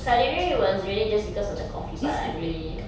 culinary was really just because of the coffee part lah really